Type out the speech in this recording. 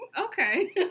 okay